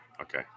Okay